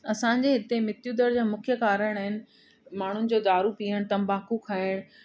असांजे हिते मृत्यूदर जा मुख्य कारण आहिनि माण्हुनि जो दारू पीअण तंबाकू खाइण